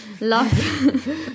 Love